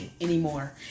anymore